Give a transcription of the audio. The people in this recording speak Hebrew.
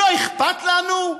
לא אכפת לנו?